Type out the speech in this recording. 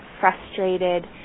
frustrated